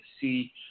see